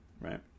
right